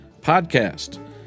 podcast